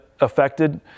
affected